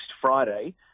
Friday